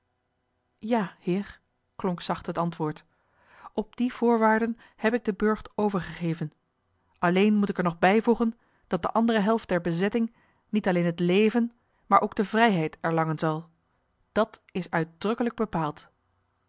ja heer klonk zacht het antwoord op die voorwaarden heb ik den burcht overgegeven alleen moet ik er nog bijvoegen dat de andere helft der bezetting niet alleen het leven maar ook de vrijheid erlangen zal dat is uitdrukkelijk bepaald